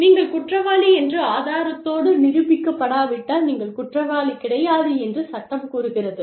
நீங்கள் குற்றவாளி என்று ஆதாரத்தோடு நிரூபிக்கப்படாவிட்டால் நீங்கள் குற்றவாளி கிடையாது என்று சட்டம் கூறுகிறது